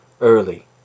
Early